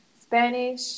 Spanish